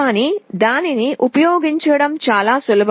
కానీ దానిని ఉపయోగించడం చాలా సులభం